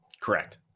Correct